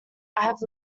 have